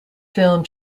film